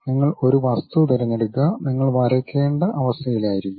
നിങ്ങൾ ഒരു വസ്തു തിരഞ്ഞെടുക്കുക നിങ്ങൾ വരയ്ക്കേണ്ട അവസ്ഥയിലായിരിക്കും